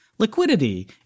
Liquidity